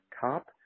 top